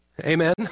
Amen